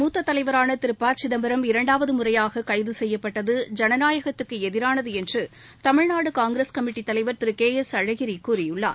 காங்கிரஸ் கட்சியின் மூத்த தலைவரான திரு ப சிதம்பரம் இரண்டாவது முறையாக கைது செய்யப்பட்டது ஜனநாயகத்துக்கு எதிரானது என்று தமிழ்நாடு காங்கிரஸ் கமிட்டி தலைவர் திரு கே எஸ் அழகிரி கூறியுள்ளார்